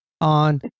on